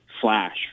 Flash